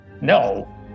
No